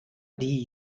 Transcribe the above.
die